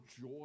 joy